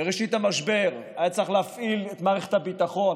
בראשית המשבר היה צריך להפעיל את מערכת הביטחון,